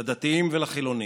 לדתיים ולחילונים,